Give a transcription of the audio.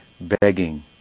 begging